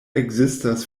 ekzistas